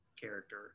character